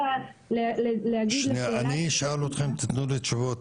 אני אשאל אתכם ותתנו לי תשובות,